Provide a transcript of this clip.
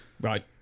Right